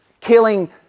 killing